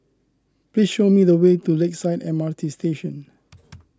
please show me the way to Lakeside M R T Station